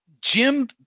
Jim